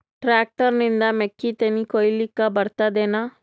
Tractor ನಿಂದ ಮೆಕ್ಕಿತೆನಿ ಕೊಯ್ಯಲಿಕ್ ಬರತದೆನ?